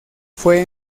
fue